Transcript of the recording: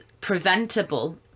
preventable